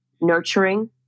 nurturing